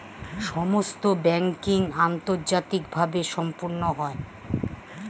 সমস্ত ব্যাংকিং আন্তর্জাতিকভাবে সম্পন্ন হয়